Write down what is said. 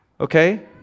Okay